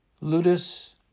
Ludus